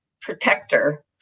protector